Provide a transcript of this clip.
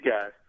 guys